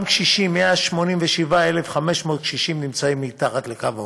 גם קשישים, 187,500 קשישים נמצאים מתחת לקו העוני.